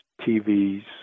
TVs